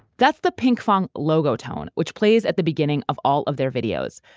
that's the pinkfong logo tone, which plays at the beginning of all of their videos,